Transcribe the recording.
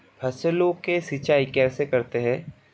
फसलों की सिंचाई कैसे करते हैं?